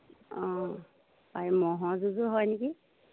অঁ ম'হৰ যুঁজও হয় নেকি